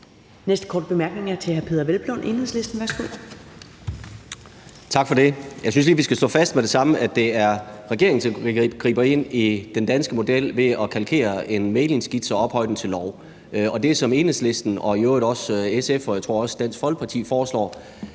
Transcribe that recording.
Næste korte bemærkning er til hr. Peder Hvelplund, Enhedslisten. Værsgo. Kl. 13:59 Peder Hvelplund (EL): Tak for det. Jeg synes lige, vi skal slå fast med det samme, at det er regeringen, der griber ind i den danske model ved at kalkere en mæglingsskitse og ophøje den til lov. Det, som Enhedslisten og i øvrigt også SF og Dansk Folkeparti, tror